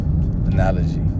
analogy